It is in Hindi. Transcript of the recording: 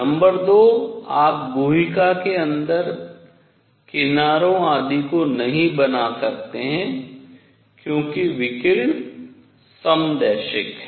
नंबर 2 आप गुहिका के अंदर किनारों आदि को नहीं बना सकते हैं क्योंकि विकिरण समदैशिक है